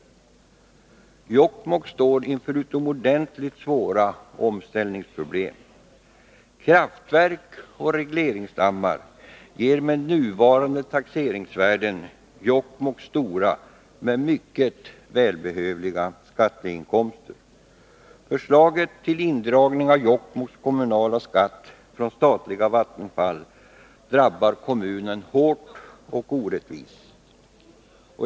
Jokkmokk står inför utomordentligt svåra omställningsproblem. Kraftverk och regleringsdammar ger med nuvarande taxeringsvärden Jokkmokk stora men mycket välbehövliga skatteinkomster. Förslaget till indragning av den kommunalskatt som Jokkmokk får från det statliga Vattenfall drabbar kommunen hårt och orättvist.